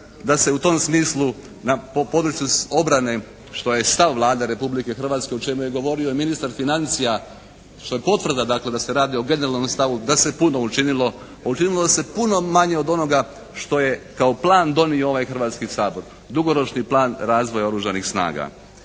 da se u tom smislu na području obrane što je stav Vlade Republike Hrvatske o čemu je govorio i ministar financija što je potvrda dakle da se radi o generalnom stavu da se puno učinilo. Učinilo se puno manje od onoga što je kao plan donio ovaj Hrvatski sabor, dugoročni plan razvoja Oružanih snaga.